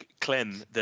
Clem